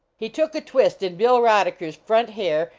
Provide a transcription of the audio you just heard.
he took a twist in bill rodeckcr s front hair,